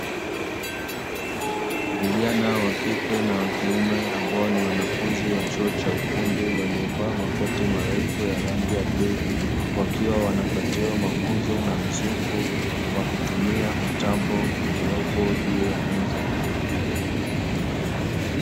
Vijana wa kike na wakiume ambao ni wanafunzi wa chuo cha ufundi waliovaa makoti marefu ya rangi ya bluu, wakiwa wanapatiwa mafunzo na mzungu kwa kutumia mtambo uliopo juu ya meza.